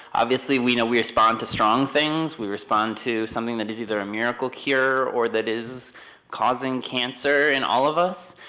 obviously, we know we respond to strong things, we respond to something that is either a miracle cure, or that is causing cancer in all of us.